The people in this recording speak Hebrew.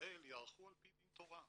בישראל ייערכו על פי דין תורה.